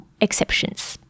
exceptions